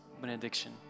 benediction